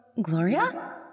Gloria